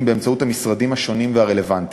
באמצעות המשרדים השונים הרלוונטיים.